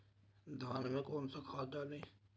धान में कौन सा खाद डालें?